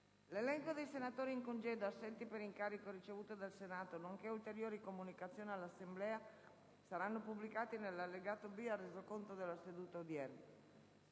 L'elenco dei senatori in congedo e assenti per incarico ricevuto dal Senato nonché ulteriori comunicazioni all'Assemblea saranno pubblicati nell'allegato B ai Resoconti della seduta. Avverte